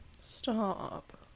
Stop